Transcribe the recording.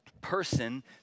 person